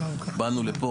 באנו לפה,